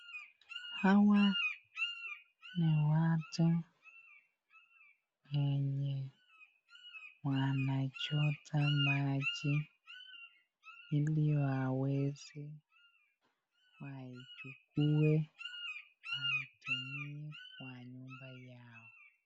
Hawa ni watu wenye wanachota hili waweze wachukue watumie Kwa nyumba Yao.